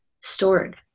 stored